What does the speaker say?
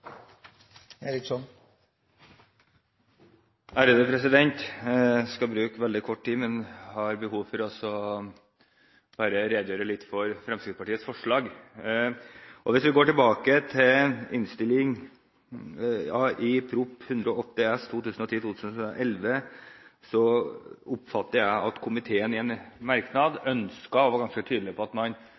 4. Jeg skal bruke veldig kort tid, men har behov for bare å redegjøre litt for Fremskrittspartiets forslag. Hvis vi går tilbake til innstillingen til Prop. 108 S for 2010–2011, så oppfatter jeg at komiteen i en merknad ønsket og var ganske tydelige på at man